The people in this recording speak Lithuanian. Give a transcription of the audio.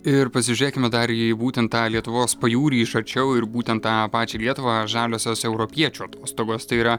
ir pasižiūrėkime dar į būtent tą lietuvos pajūrį iš arčiau ir būtent tą pačią lietuvą žaliosios europiečių atostogos tai yra